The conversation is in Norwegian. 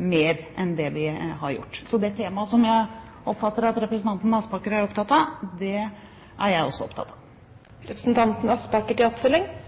mer enn det vi har gjort? Så det temaet som jeg oppfatter at representanten Aspaker er opptatt av, er jeg også opptatt av.